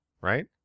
right